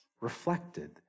reflected